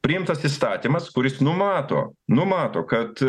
priimtas įstatymas kuris numato numato kad